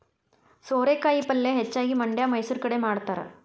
ಸೋರೆಕಾಯಿ ಪಲ್ಯೆ ಹೆಚ್ಚಾಗಿ ಮಂಡ್ಯಾ ಮೈಸೂರು ಕಡೆ ಮಾಡತಾರ